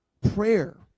Prayer